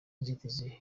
inzitizi